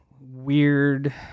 weird